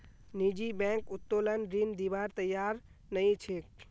निजी बैंक उत्तोलन ऋण दिबार तैयार नइ छेक